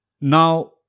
Now